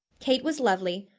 kate was lovely,